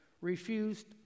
refused